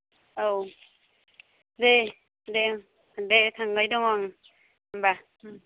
औ दे दे दे थांबाय दं आं होमबा ओम